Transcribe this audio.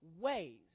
ways